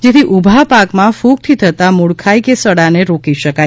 જેથી ઊભા પાકમાં કૂગથી થતા મૂળખાઈ કે સડાને રોકી શકાય